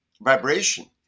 vibration